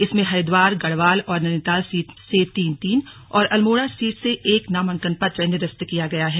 इसमें हरिद्वार गढ़वाल और नैनीताल सीट से तीन तीन और अल्मोड़ा सीट से एक नामांकन पत्र निरस्त किया गया है